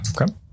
Okay